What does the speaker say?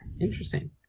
Interesting